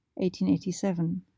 1887